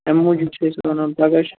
تَمے موٗجوٗب چھِ أسۍ وَنان پَگاہ چھُ